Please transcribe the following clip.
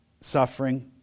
suffering